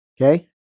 okay